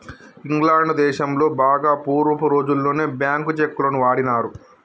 England దేశంలో బాగా పూర్వపు రోజుల్లోనే బ్యేంకు చెక్కులను వాడినారు